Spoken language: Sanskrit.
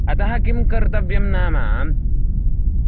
अतः किं कर्तव्यं नाम